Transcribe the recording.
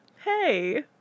Hey